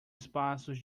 espaços